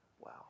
Wow